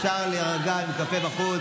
אפשר להירגע עם קפה בחוץ.